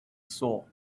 saw